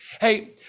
Hey